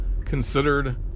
considered